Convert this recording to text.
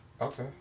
Okay